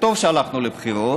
וטוב שהלכנו לבחירות,